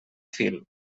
fil